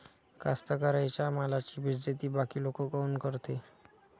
कास्तकाराइच्या मालाची बेइज्जती बाकी लोक काऊन करते?